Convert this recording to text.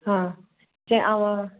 ஆ சரி